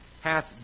hath